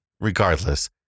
regardless